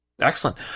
Excellent